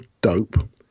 dope